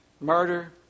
murder